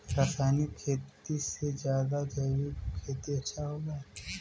रासायनिक खेती से ज्यादा जैविक खेती अच्छा होला